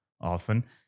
often